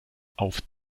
auf